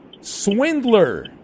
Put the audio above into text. Swindler